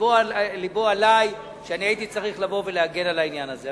ולבו עלי שאני הייתי צריך לבוא ולהגן על העניין הזה.